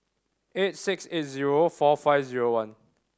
eight six eigh zero four five zero one